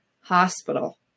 hospital